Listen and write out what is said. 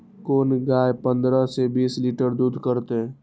कोन गाय पंद्रह से बीस लीटर दूध करते?